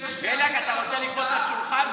לפני שנייה עשית לנו הרצאה על מוסר,